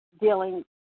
dealing